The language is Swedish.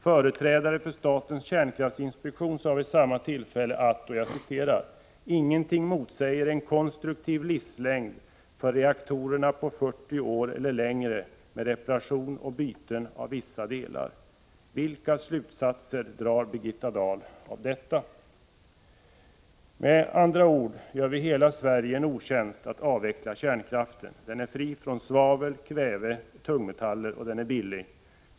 Företrädare för statens kärnkraftsinspektion sade vid samma tillfälle att ingenting motsäger en konstruktiv livslängd för reaktorerna på 40 år eller längre med reparation och byten av vissa delar. Med andra ord gör vi hela Sverige en otjänst om vi avvecklar kärnkraften. Den är fri från svavel, kväve och tungmetaller, och den är billig.